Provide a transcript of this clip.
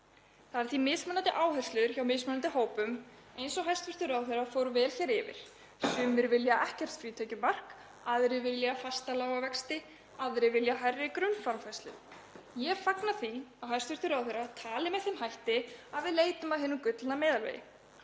Það eru því mismunandi áherslur hjá mismunandi hópum eins og hæstv. ráðherra fór vel yfir. Sumir vilja ekkert frítekjumark, aðrir vilja fasta lága vexti, aðrir vilja hærri grunnframfærslu. Ég fagna því að hæstv. ráðherra tali með þeim hætti að við leitum að hinum gullna meðalvegi,